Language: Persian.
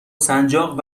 سنجاق